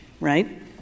right